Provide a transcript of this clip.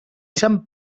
sant